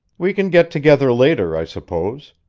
we can get together later, i suppose.